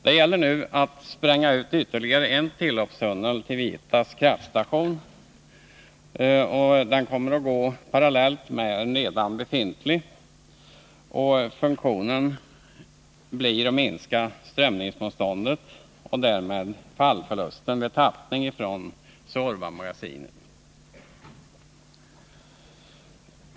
Det gäller nu att till Vietas kraftstation spränga ut ytterligare en tilloppstunnel, som kommer att gå parallellt med en redan befintlig och vars funktion är att minska strömningsmotståndet och därmed fallförlusten vid tappning från Suorvamagasinet.